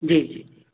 जी जी जी